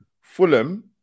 Fulham